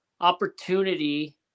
opportunity